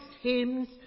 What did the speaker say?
hymns